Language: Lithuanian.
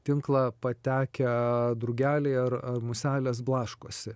tinklą patekę drugeliai ar ar muselės blaškosi